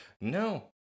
No